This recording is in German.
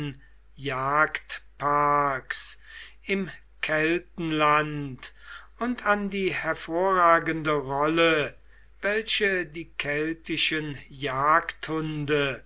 eingefriedigten jagdparks im keltenland und an die hervorragende rolle welche die keltischen